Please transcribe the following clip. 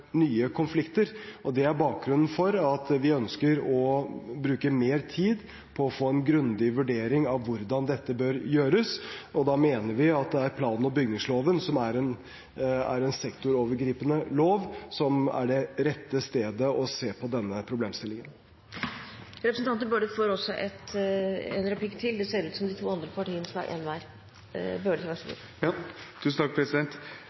nye konflikter, og det er bakgrunnen for at vi ønsker å bruke mer tid på å få en grundig vurdering av hvordan dette bør gjøres. Og da mener vi at plan- og bygningsloven, som er en sektorovergripende lov, er det rette stedet for å se på denne problemstillingen. Vi har sett at f.eks. i Oslo, som kanskje opplever disse problemene på nærest mulig hold, har det i bystyre og i bydelsutvalg vært enstemmighet fra Høyre og Fremskrittspartiet på den ene siden til venstresiden på den andre. Det